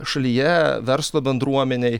šalyje verslo bendruomenėj